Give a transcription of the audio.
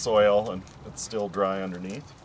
soil and it's still dry underneath